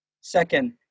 second